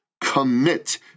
Commit